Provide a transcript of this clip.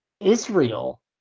israel